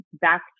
back